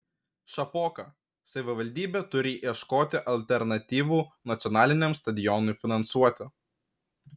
šapoka savivaldybė turi ieškoti alternatyvų nacionaliniam stadionui finansuoti